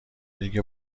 دیگه